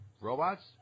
Robots